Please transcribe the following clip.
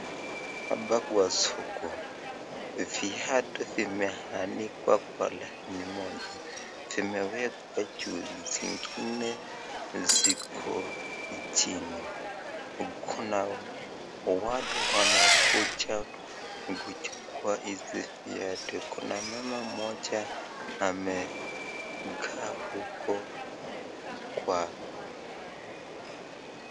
Hapa ni kwa soko viatu vimeanikwa kwa laini moja zimewekwa juu zingine ziko chini huku nao watu wanakuja kuchukua viatu hizi na mama moja ameumkaa huko kwa.